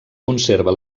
conserva